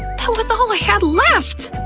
that was all i had left!